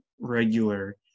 regular